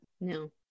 No